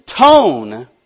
tone